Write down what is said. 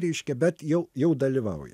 reiškia bet jau jau dalyvauja